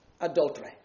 adultery